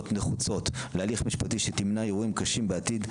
נחוצות להליך משפטי שימנע אירועים קשים בעתיד,